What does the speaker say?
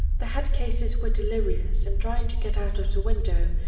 the head cases were delirious, and trying to get out of the window,